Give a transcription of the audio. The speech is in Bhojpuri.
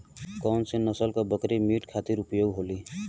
कौन से नसल क बकरी मीट खातिर उपयोग होली?